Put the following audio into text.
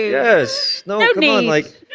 yes. no. i mean, like,